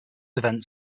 events